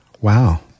Wow